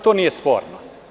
To nije sporno.